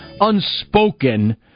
unspoken